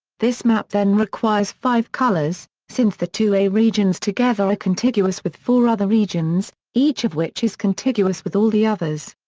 this map then requires five colors, since the two a regions together are ah contiguous with four other regions, each of which is contiguous with all the others.